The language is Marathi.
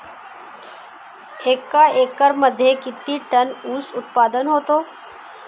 एका एकरमध्ये किती टन ऊस उत्पादन होतो?